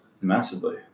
Massively